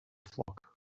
flock